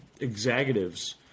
executives